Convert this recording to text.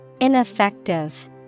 Ineffective